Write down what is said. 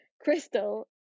Crystal